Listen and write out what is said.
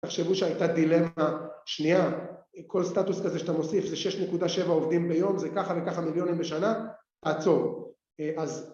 ‫תחשבו שהייתה דילמה שנייה, ‫כל סטטוס כזה שאתה מוסיף, ‫זה 6.7 עובדים ביום, ‫זה ככה וככה מיליונים בשנה, ‫תעצור. ‫אז...